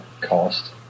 cost